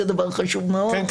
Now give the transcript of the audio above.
זה דבר חשוב מאוד.